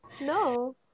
no